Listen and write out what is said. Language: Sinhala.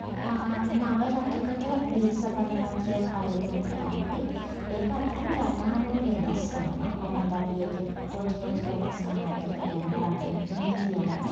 නව රටකට වීසා බලපත්‍රයක් අයදුම් කරන්නේ ඒක ඇත්තටම රට අනුව වෙනස් වෙනවා කොහොමද අපි ඒකෙ පුංචි පුංචි වෙනස්කම් ඇත්තටම වෙනවා රටේ නීති අනුව.